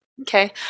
Okay